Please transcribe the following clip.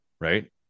Right